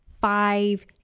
five